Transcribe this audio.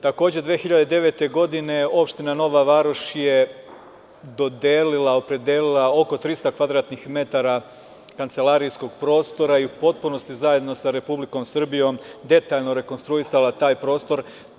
Takođe, 2009. godine opština Nova Varoš je dodelila, opredelila oko 300 kvadratnih metara kancelarijskog prostora i u potpunosti zajedno sa Republike Srbije detaljno rekonstruisala taj prostor.